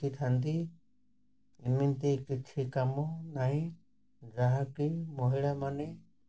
ଦେଖିଥାନ୍ତି ଏମିତି କିଛି କାମ ନାହିଁ ଯାହାକି ମହିଳାମାନେ